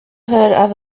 heard